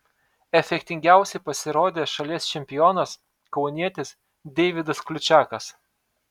efektingiausiai pasirodė šalies čempionas kaunietis deividas kliučakas